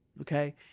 okay